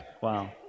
Wow